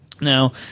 Now